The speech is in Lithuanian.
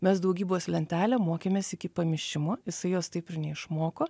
mes daugybos lentelę mokėmės iki pamišimo jisai jos taip ir neišmoko